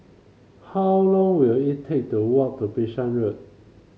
how long will it take to walk to Bishan Road